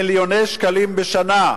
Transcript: מיליוני שקלים בשנה,